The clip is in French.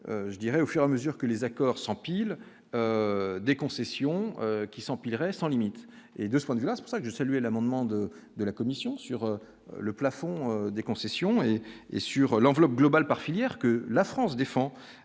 je dirais au fur à mesure que les accords s'empilent des concessions qui s'empilent restant limite et de ce point de vue là ce passage saluer l'amendement de de la Commission sur le plafond des concessions et et sur l'enveloppe globale par filière, que la France défend